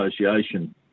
association